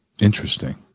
Interesting